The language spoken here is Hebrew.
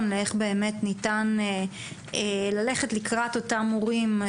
ואיך באמת ניתן ללכת לקראת אותם מורים,